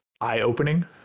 eye-opening